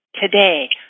Today